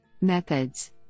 Methods